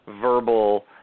verbal